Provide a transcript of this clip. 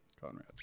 Conrad